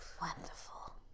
Wonderful